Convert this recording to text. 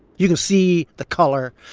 you can see the color